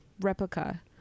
replica